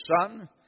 son